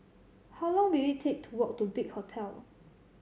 how long will it take to walk to Big Hotel